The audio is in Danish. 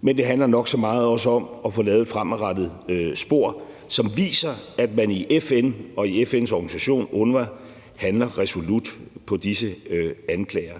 men det handler også nok så meget om at få lavet et fremadrettet spor, som viser, at man i FN og i FN's organisation UNRWA handler resolut på disse anklager